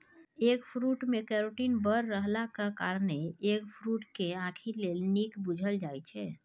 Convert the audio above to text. eggfruit मे carotene बड़ रहलाक कारणेँ एगफ्रुट केँ आंखि लेल नीक बुझल जाइ छै